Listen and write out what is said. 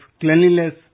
cleanliness